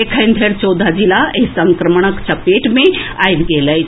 एखन धरि चौदह जिला एहि संक्रमणक चपेट मे आबि गेल अछि